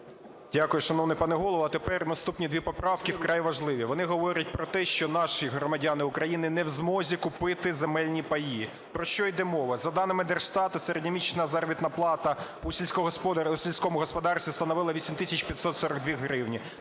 Дякую, шановний пане Голово. А тепер наступні 2 поправки вкрай важливі. Вони говорять про те, що наші громадяни України не в змозі купити земельні паї. Про що йде мова? За даними Держстату, середньомісячна заробітна плата у сільському господарстві становила 8 тисяч 542 гривні,